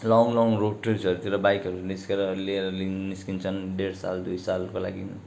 long लङ्ग रोडवेजतिर बाइकहरू निस्केर लिएर लिङ निस्कन्छन् डेढ साल दुई सालको लागि